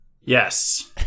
Yes